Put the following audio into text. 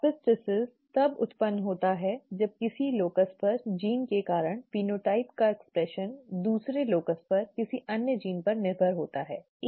epistasis तब उत्पन्न होता है जब किसी लोकस पर जीन के कारण फेनोटाइप की अभिव्यक्ति दूसरे लोकस पर किसी अन्य जीन पर निर्भर होती है ठीक है